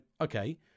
okay